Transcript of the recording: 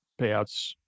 payouts